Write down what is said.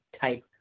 type